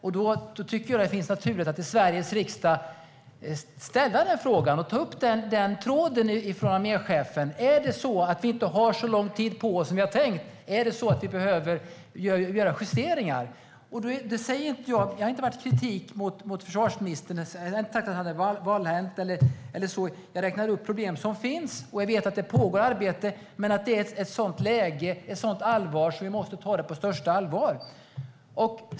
Då tycker jag att det är naturligt att i Sveriges riksdag ställa den här frågan och ta upp tråden. Har vi inte så lång tid på oss som vi har tänkt? Behöver vi göra justeringar? Jag har inte framfört kritik mot försvarsministern, och jag har inte sagt att han är valhänt, utan jag räknade upp problem som finns. Jag vet att det pågår ett arbete men att det är ett sådant läge att vi måste ta det här på största allvar.